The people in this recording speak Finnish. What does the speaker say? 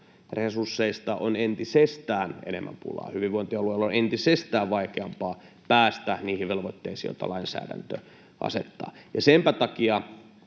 Resursseista on entisestään enemmän pulaa. Hyvinvointialueilla on entisestään vaikeampaa päästä niihin velvoitteisiin, joita lainsäädäntö asettaa. Senpä takia